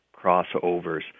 crossovers